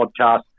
podcast